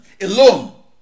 alone